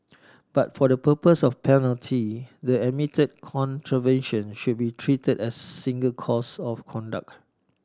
but for the purposes of penalty the admitted contravention should be treated as single course of conduct